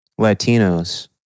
Latinos